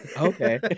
Okay